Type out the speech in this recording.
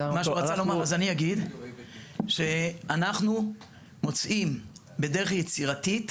אני אגיד שאנחנו מוצאים בדרך יצירתית